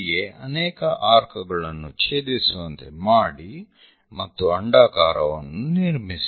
ಹೀಗೆ ಅನೇಕ ಆರ್ಕ್ ಗಳನ್ನು ಛೇದಿಸುವಂತೆ ಮಾಡಿ ಮತ್ತು ಅಂಡಾಕಾರವನ್ನು ನಿರ್ಮಿಸಿ